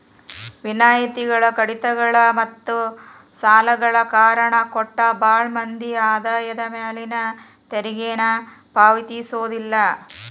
ವಿನಾಯಿತಿಗಳ ಕಡಿತಗಳ ಮತ್ತ ಸಾಲಗಳ ಕಾರಣ ಕೊಟ್ಟ ಭಾಳ್ ಮಂದಿ ಆದಾಯದ ಮ್ಯಾಲಿನ ತೆರಿಗೆನ ಪಾವತಿಸೋದಿಲ್ಲ